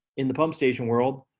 in the pump station world,